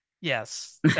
yes